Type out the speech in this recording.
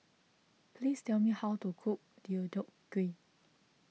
please tell me how to cook Deodeok Gui